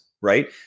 right